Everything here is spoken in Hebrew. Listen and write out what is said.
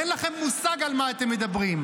אין לכם מושג על מה אתם מדברים.